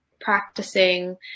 practicing